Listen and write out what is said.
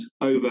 over